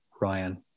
Ryan